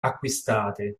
acquistate